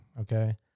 okay